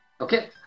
Okay